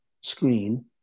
screen